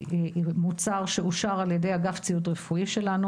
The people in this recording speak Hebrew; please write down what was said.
מוצר שאושר על ידי אגף ציוד רפואי שלנו,